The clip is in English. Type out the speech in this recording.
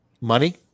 money